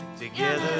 together